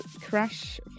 crash